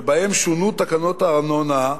שבו שונו תקנות הארנונה,